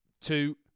two